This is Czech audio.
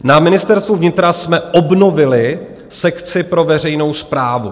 Na Ministerstvu vnitra jsme obnovili sekci pro veřejnou správu.